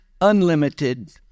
unlimited